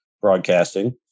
broadcasting